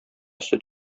сөт